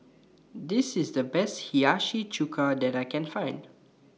This IS The Best Hiyashi Chuka that I Can Find